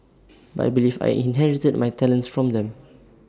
but I believe I inherited my talents from them